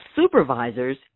Supervisors